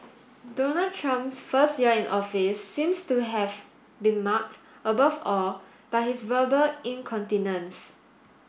Donald Trump's first year in office seems to have been marked above all by his verbal incontinence